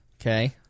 Okay